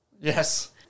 Yes